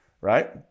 Right